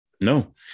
No